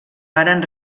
varen